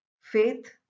Faith